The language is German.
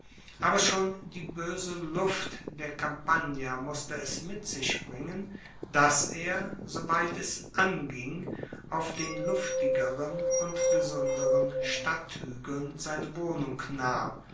aber schon die boese luft der campagna musste es mit sich bringen dass er soweit es anging auf den luftigeren und gesunderen stadthuegeln seine wohnung nahm